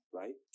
right